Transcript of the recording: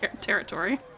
territory